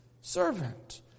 servant